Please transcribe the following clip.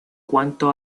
cuanto